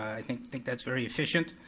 i think think that's very efficient.